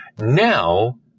Now